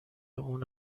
اون